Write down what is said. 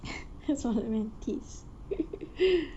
solat mantis